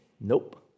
Nope